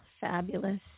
Fabulous